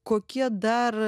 kokie dar